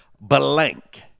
Blank